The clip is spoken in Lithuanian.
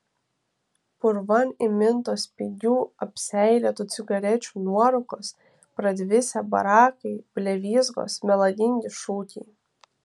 purvan įmintos pigių apseilėtų cigarečių nuorūkos pradvisę barakai blevyzgos melagingi šūkiai